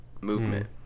movement